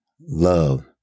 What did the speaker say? love